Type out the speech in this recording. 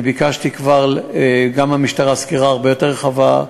ביקשתי כבר גם מהמשטרה סקירה הרבה יותר רחבה,